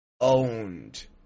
owned